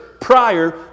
prior